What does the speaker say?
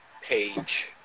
page